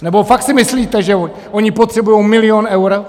Nebo fakt si myslíte, že oni potřebují milion eur?